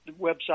website